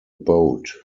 boat